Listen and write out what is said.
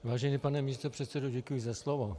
Vážený pane místopředsedo, děkuji za slovo.